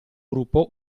gruppo